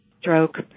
stroke